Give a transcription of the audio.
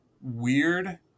weird